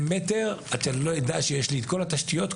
מטר עד שלא אדע שיש לי את כל התשתיות,